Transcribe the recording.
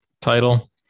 title